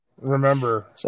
Remember